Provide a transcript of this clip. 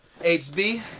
HB